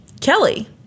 Kelly